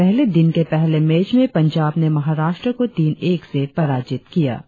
इससे पहले दिन के पहले मैच में पंजाब ने महाराष्ट्र को तीन एक से पराजीत किया